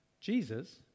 Jesus